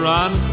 run